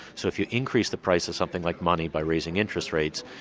so if you increase the price of something like money by raising interest rates,